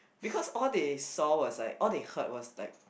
because all they saw was like all they heard was like